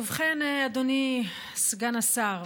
ובכן, אדוני סגן השר,